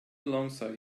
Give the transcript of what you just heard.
alongside